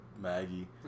Maggie